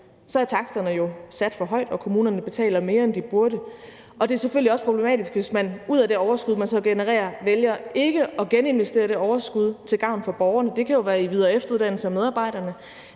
så er taksterne jo sat for højt, og kommunerne betaler mere, end de burde. Og det er selvfølgelig også problematisk, hvis man ud af det overskud, man så genererer, vælger ikke at geninvestere det overskud til gavn for borgerne. Det kan jo være i videre- og efteruddannelse af medarbejderne.